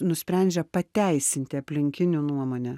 nusprendžia pateisinti aplinkinių nuomonę